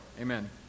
Amen